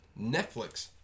Netflix